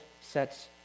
sets